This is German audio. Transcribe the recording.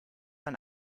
man